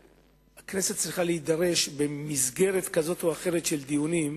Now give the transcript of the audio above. הכנסת צריכה להידרש לבעיה הזאת במסגרת כזאת או אחרת של דיונים,